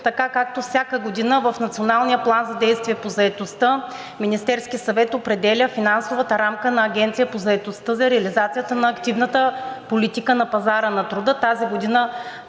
така, както всяка година в Националния план за действие по заетостта Министерският съвет определя финансовата рамка на Агенцията по заетостта за реализацията на активната политика на пазара на труда. Тази година